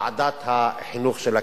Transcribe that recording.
בוועדת החינוך של הכנסת.